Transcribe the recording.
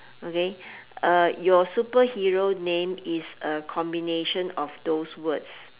okay uh your superhero name is a combination of those words